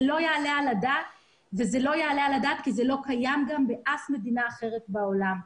זה לא יעלה על הדעת וזה לא קיים באף מדינה אחרת בעולם.